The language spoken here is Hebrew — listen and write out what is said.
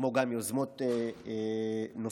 כמו גם יוזמות נוספות,